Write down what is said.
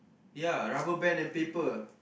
ya rubberband and paper